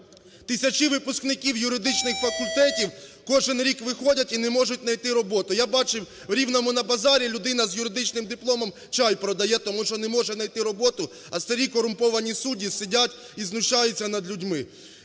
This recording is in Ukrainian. тисячі випускників юридичних факультетів кожен рік виходять і не можуть знайти роботу. Я бачив в Рівному на базарі людина з юридичним дипломом чай продає, тому що не може знайти роботу, а старі корумповані судді сидять і знущаються над людьми.